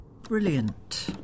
Brilliant